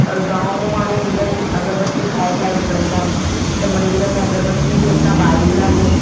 गाम मां माण्हू ईंदा आहिनि अगरबत्ती ठाहे ठाहे विकिणंदा आहिनि त मंदर में अगरबत्ती बि असां ॿारींदा आहियूं